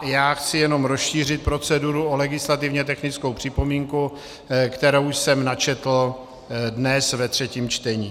Já chci jenom rozšířit proceduru o legislativně technickou připomínku, kterou jsem načetl dnes ve třetím čtení.